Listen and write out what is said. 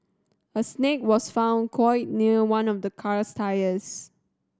a snake was found coiled near one of the car's tyres